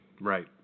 Right